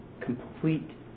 Complete